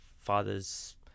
father's